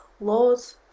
laws